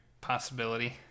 possibility